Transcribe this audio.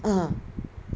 mm